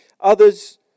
Others